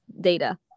data